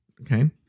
okay